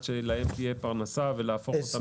שלהם תהיה פרנסה ולהפוך אותם למורים.